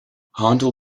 handel